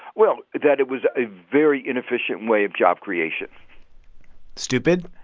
well, that it was a very inefficient way of job creation stupid?